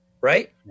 right